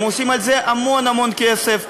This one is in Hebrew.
הם עושים מזה המון המון כסף,